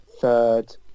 third